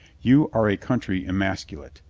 you are a country emasculate.